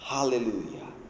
Hallelujah